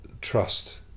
trust